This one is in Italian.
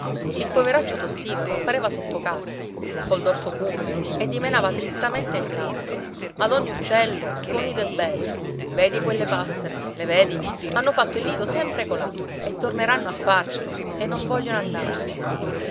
il poveraccio tossiva che pareva soffocasse col dorso curvo e dimenava tristamente il capo ad ogni uccello suo nido è bello vedi quelle passere le vedi hanno fatto il nido sempre colà e torneranno a farcelo e non vogliono andarsene